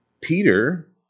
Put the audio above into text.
Peter